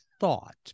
thought